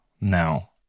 now